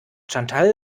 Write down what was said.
chantal